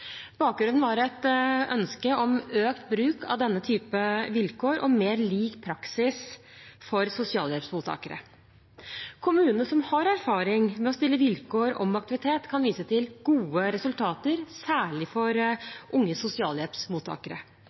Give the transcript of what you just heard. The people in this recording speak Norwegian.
Bakgrunnen var et ønske om økt bruk av denne typen vilkår og mer lik praksis for sosialhjelpsmottakere. Kommuner som har erfaring med å stille vilkår om aktivitet, kan vise til gode resultater, særlig for unge sosialhjelpsmottakere.